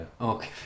Okay